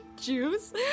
juice